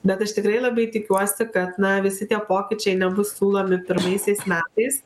bet aš tikrai labai tikiuosi kad na visi tie pokyčiai nebus siūlomi pirmaisiais metais